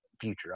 future